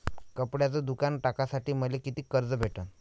कपड्याचं दुकान टाकासाठी मले कितीक कर्ज भेटन?